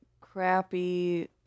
crappy